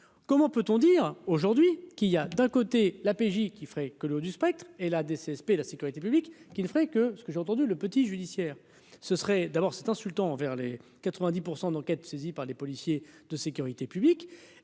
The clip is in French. comment peut-on dire aujourd'hui. Qu'il y a d'un côté, la PJ qui ferait que l'eau du spectre et là, des CSP la sécurité publique, qui ne ferait que ce que j'ai entendu le petit judiciaire, ce serait d'abord c'est insultant envers les 90 % d'enquête saisis par les policiers de sécurité publique